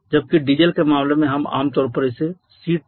जबकि डीजल के मामले में हम आमतौर पर इसे C12H